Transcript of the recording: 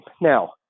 Now